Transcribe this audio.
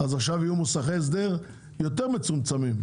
עכשיו יהיו מוסכי הסדר מצומצמים יותר,